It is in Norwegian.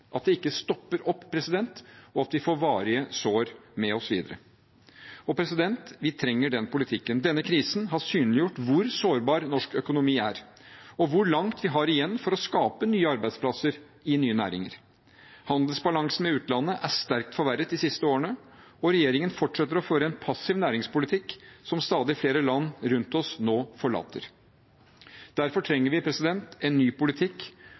at det ikke stopper opp og vi får varige sår med oss videre. Vi trenger den politikken. Denne krisen har synliggjort hvor sårbar norsk økonomi er, og hvor langt vi har igjen for å skape nye arbeidsplasser i nye næringer. Handelsbalansen med utlandet er sterkt forverret de siste årene, og regjeringen fortsetter å føre en passiv næringspolitikk som stadig flere land rundt oss nå forlater. Derfor trenger vi en ny politikk